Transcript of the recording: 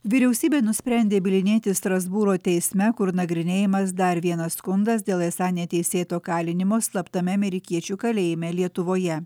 vyriausybė nusprendė bylinėtis strasbūro teisme kur nagrinėjamas dar vienas skundas dėl esą neteisėto kalinimo slaptame amerikiečių kalėjime lietuvoje